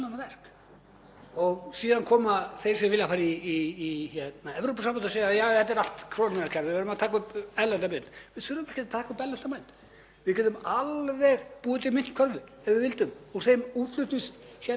Við getum alveg búið til myntkörfu, ef við vildum, úr þeim útflutningstekjum sem við höfum, bara miðað við hvað við fáum í dollurum og evrum. Búið til myntkörfu, fest það — við getum alveg gert þetta án þess að breyta um mynt.